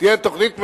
תהיה תוכנית מגובשת.